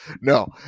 no